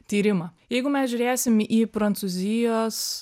tyrimą jeigu mes žiūrėsim į prancūzijos